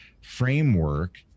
framework